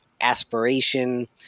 aspiration